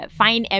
find